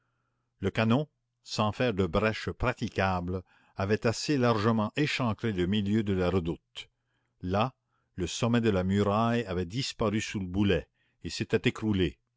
le canon sans faire de brèche praticable avait assez largement échancré le milieu de la redoute là le sommet de la muraille avait disparu sous le boulet et s'était écroulé